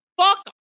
Fuck